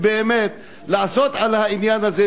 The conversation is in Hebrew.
לעשות על העניין הזה,